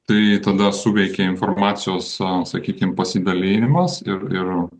tai tada suveikia informacijos sakykim pasidalinimas ir ir